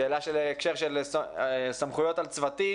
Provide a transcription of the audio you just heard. שאלה של הקשר של סמכויות על צוותים,